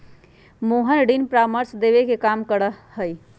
मोहन ऋण परामर्श देवे के काम करा हई